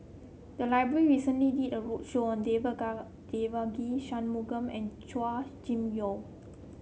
the library recently did a roadshow Devaga Devagi Sanmugam and Chua Kim Yeow